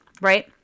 right